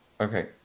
okay